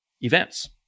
events